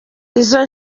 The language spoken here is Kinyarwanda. izo